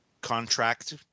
contract